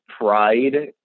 pride